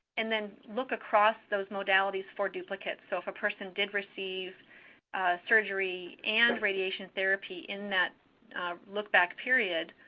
and then, look across those modalities for duplicates. so, if a person did receive surgery and radiation therapy in that look back period,